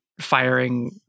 firing